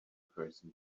person